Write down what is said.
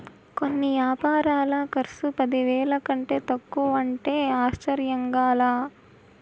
కొన్ని యాపారాల కర్సు పదివేల కంటే తక్కువంటే ఆశ్చర్యంగా లా